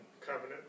covenant